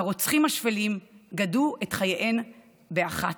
הרוצחים השפלים גדעו את חייהן באחת,